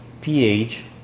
pH